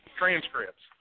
transcripts